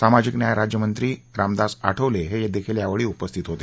सामाजिक न्याय राज्यमंत्री रामदास आठवले हे देखील यावेळी उपस्थित होते